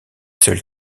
seul